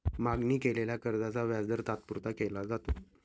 मागणी केलेल्या कर्जाचा व्याजदर तात्पुरता केला जातो